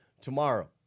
tomorrow